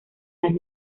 las